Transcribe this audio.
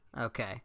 Okay